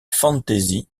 fantasy